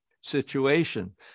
situation